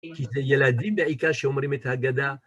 כי זה ילדים בעיקר שאומרים את ההגדה